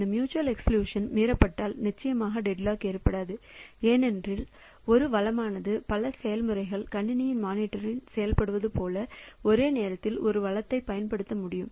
இந்த mutual exclusion மீறப்பட்டால் நிச்சயமாகடெட்லாக் ஏற்படாது ஏனென்றால் ஒரு வளமானது பல செயல்முறைகள் கணினியின் மானிட்டர் சொல்வது போல ஒரே நேரத்தில் வளத்தைப் பயன்படுத்த முடியும்